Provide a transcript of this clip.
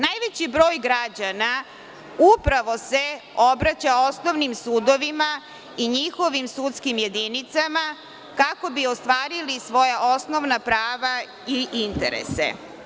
Najveći broj građana upravo se obraća osnovnim sudovima i njihovim sudskim jedinicama kako bi ostvarili svoje osnovna prava i interese.